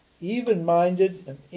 even-minded